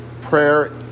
Prayer